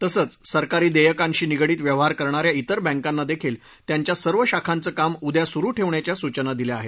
तसंच सरकारी देयकांशी निगडित व्यवहार करणा या इतर बँकांना देखील त्यांच्या सर्व शाखांचं काम उद्या सुरु ठेवण्याच्या सूचना दिल्या आहेत